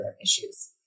issues